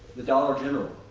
the dollar general,